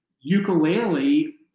ukulele